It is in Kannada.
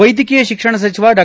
ವೈದ್ಯಕೀಯ ಶಿಕ್ಷಣ ಸಚಿವ ಡಾ